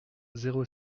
zéro